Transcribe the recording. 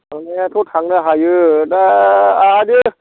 थांनायाथ' थांनो हायो दा आरो